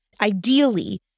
Ideally